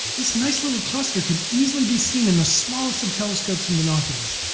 this nice little cluster can easily be seen in the smallest of telescopes and binoculars.